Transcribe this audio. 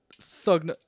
thug